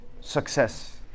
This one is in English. success